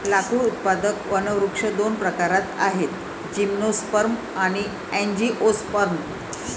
लाकूड उत्पादक वनवृक्ष दोन प्रकारात आहेतः जिम्नोस्पर्म आणि अँजिओस्पर्म